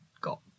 got